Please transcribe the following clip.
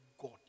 God